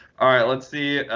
ah let's see.